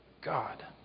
God